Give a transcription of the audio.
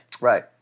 Right